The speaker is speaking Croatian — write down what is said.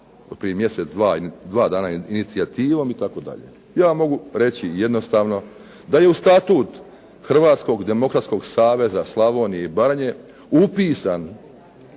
ovom mjesec dva, inicijativom itd. Ja mogu reći jednostavno da je u Statut Hrvatskog demokratskog saveza Slavonije i Baranje upisan